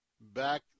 back